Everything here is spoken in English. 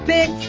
Big